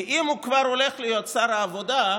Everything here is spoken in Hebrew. כי אם הוא כבר הולך להיות שר העבודה,